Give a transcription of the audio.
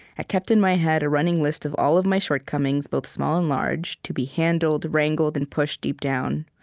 i kept in my head a running list of all of my shortcomings, both small and large, to be handled, wrangled, and pushed deep down.